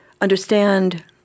understand